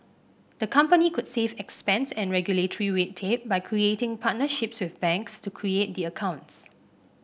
the company could save expense and regulatory red tape by creating partnerships with banks to create the accounts